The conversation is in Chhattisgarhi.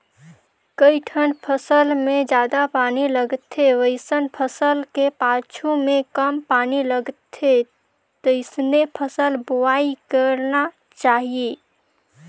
कइठन फसल मे जादा पानी लगथे वइसन फसल के पाछू में कम पानी लगथे तइसने फसल बोवाई करना चाहीये